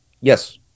yes